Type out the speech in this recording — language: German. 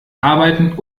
arbeiten